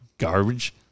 Garbage